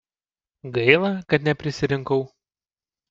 gaila kad neprisirinkau